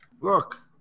Look